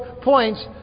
points